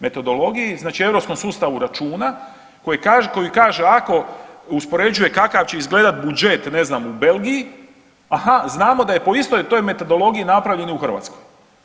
Metodologiji, znači europskom sustavu računa koji kaže ako uspoređuje kakav će izgledati budžet ne znan u Belgiji, aha znamo da je po istoj toj metodologiji napravljene je i u Hrvatskoj.